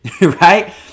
right